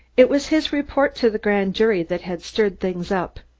it was his report to the grand jury that had stirred things up.